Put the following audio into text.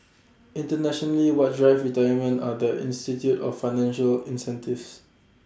internationally what drives retirement are the institute of financial incentives